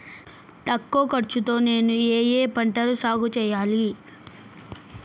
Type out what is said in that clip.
తక్కువ ఖర్చు తో నేను ఏ ఏ పంటలు సాగుచేయాలి?